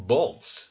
Bolts